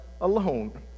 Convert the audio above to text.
alone